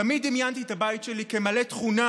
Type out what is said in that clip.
תמיד דמיינתי את הבית שלי כמלא תכונה,